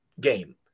game